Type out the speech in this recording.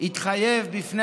התחייב בפני